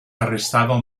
arrestado